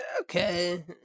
Okay